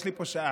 יש לי פה שעה.